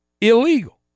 illegal